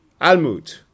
Almut